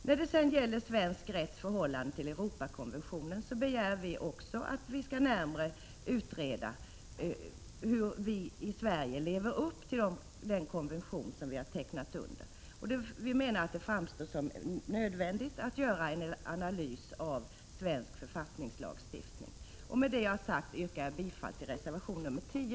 När det gäller svensk rätt i förhållande till Europakonventionen begär vi att man närmare skall utreda hur Sverige lever upp till den konvention som vårt land har undertecknat. Det framstår som nödvändigt att göra en analys av svensk författningslagstiftning. Med det sagda yrkar jag bifall till reservation 10.